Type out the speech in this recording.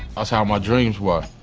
that's how my dreams were.